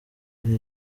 ari